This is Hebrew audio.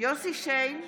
יוסף שיין,